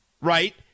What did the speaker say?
right